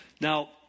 Now